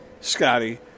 Scotty